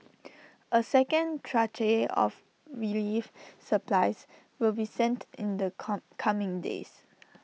A second tranche of relief supplies will be sent in the come coming days